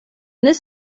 this